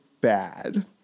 bad